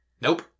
Nope